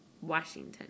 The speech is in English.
Washington